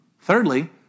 Thirdly